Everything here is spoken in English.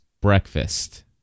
breakfast